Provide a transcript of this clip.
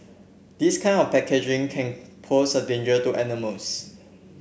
this kind of packaging can pose a danger to animals